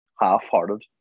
half-hearted